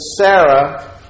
Sarah